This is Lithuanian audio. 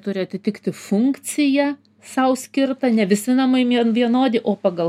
turi atitikti funkciją sau skirtą ne visi namai vie vienodi o pagal